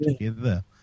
together